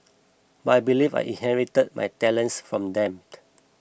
but I believe I inherited my talents from them